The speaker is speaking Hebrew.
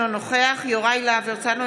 אינו נוכח יוראי להב הרצנו,